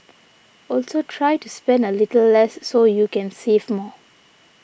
also try to spend a little less so you can save more